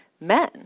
men